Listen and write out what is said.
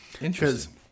Interesting